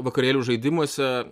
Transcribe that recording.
vakarėlių žaidimuose